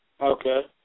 okay